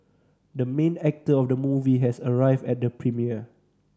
the main actor of the movie has arrived at the premiere